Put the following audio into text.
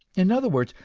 in other words,